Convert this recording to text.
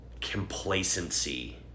complacency